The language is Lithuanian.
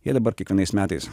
jie dabar kiekvienais metais